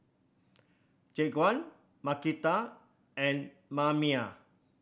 Jaquan Markita and Mamie